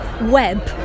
web